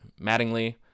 Mattingly